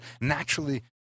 naturally